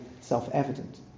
self-evident